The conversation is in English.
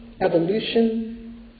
evolution